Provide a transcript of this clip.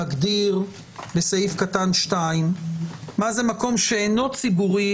שמגדיר בסעיף קטן (ב)(2) מה זה מקום שאינו ציבורי,